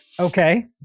Okay